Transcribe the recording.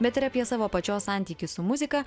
bet ir apie savo pačios santykį su muzika